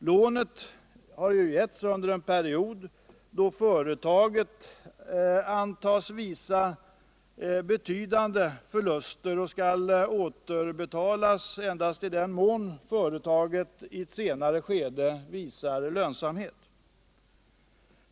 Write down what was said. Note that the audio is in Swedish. Lånet ges under en period då företaget antas uppvisa betydande förluster, och det skall återbetalas endast i den mån företaget i ett senare skede visar lönsamhet.